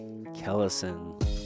kellison